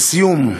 לסיום,